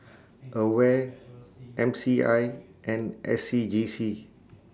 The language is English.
AWARE M C I and S C G C